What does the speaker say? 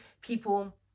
people